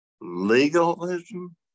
legalism